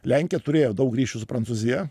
lenkija turėjo daug ryšių su prancūzija